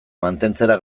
mantentzera